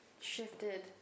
shifted